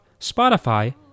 Spotify